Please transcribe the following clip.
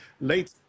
late